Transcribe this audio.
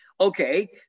Okay